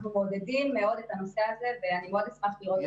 אנחנו מעודדים מאוד את הנושא הזה ואני מאוד אשמח לראות את המסמך הזה.